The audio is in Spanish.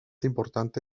importante